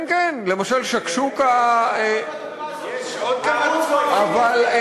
"שקשוקה" למשל.